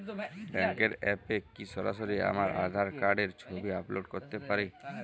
ব্যাংকের অ্যাপ এ কি সরাসরি আমার আঁধার কার্ড র ছবি আপলোড করতে পারি?